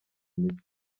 imiti